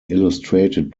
illustrated